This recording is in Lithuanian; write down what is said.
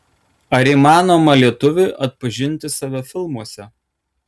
ar įmanoma lietuviui atpažinti save filmuose